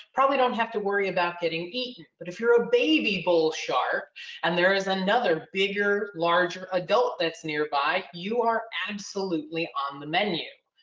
probably don't have to worry about getting eaten. but if you're a baby bull shark and there is another bigger, larger adult that's nearby, you are absolutely on the menu.